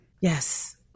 Yes